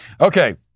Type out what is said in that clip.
Okay